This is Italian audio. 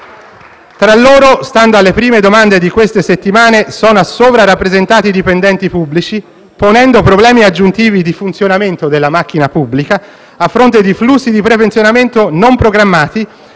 Tra loro, stando alle prime domande delle ultime settimane, sono sopra rappresentati i dipendenti pubblici, ponendo problemi aggiuntivi di funzionamento della macchina pubblica a fronte di flussi di prepensionamento non programmati,